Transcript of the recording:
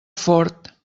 fort